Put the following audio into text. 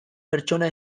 pertsona